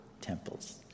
temples